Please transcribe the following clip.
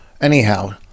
Anyhow